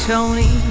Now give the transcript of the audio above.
Tony